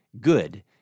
good